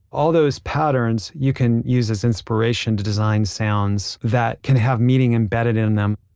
all those patterns, you can use as inspiration to design sounds that can have meaning embedded in them